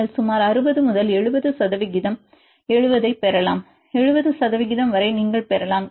நீங்கள் சுமார் 60 முதல் 70 சதவிகிதம் 70 ஐப் பெறலாம் 70 சதவிகிதம் வரை நீங்கள் பெறலாம்